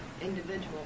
individual